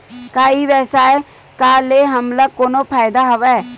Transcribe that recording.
का ई व्यवसाय का ले हमला कोनो फ़ायदा हवय?